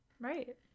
Right